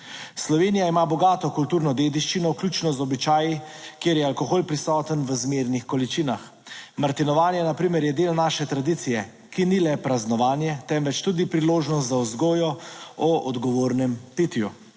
Slovenija ima bogato kulturno dediščino, vključno z običaji, kjer je alkohol prisoten v zmernih količinah. Martinovanje, na primer, je del naše tradicije, ki ni le praznovanje, temveč tudi priložnost za vzgojo o odgovornem pitju.